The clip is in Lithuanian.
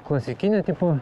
klasikinio tipo